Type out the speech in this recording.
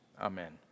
Amen